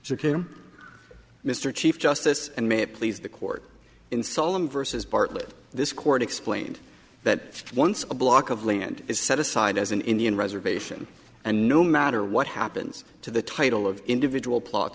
came mr chief justice and may have pleased the court in solemn versus bartlett this court explained that once a block of land is set aside as an indian reservation and no matter what happens to the title of individual plot